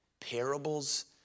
Parables